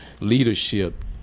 leadership